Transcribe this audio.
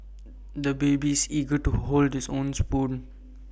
the baby is eager to hold his own spoon